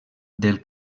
del